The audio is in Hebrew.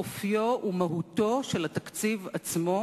אופיו ומהותו של התקציב עצמו,